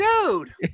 Dude